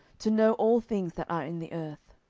to know all things that are in the earth.